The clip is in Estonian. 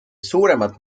suuremat